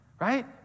right